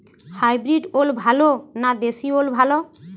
Hybrid ওল ভালো না দেশী ওল ভাল?